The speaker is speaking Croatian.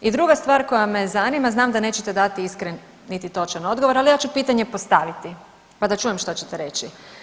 I druga stvar koja me zanima, znam da nećete dati iskren, niti točan odgovor, ali ja ću pitanje postaviti pa da čujem što ćete reći.